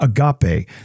agape